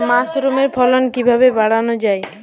মাসরুমের ফলন কিভাবে বাড়ানো যায়?